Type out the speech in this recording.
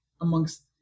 amongst